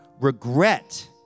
regret